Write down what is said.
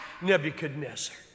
Nebuchadnezzar